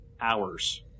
hours